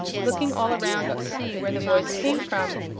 looking all around to see where the voice came from.